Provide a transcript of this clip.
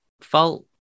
fault